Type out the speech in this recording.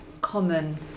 common